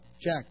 Jack